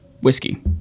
whiskey